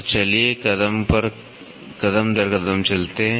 तो चलिए कदम दर कदम चलते हैं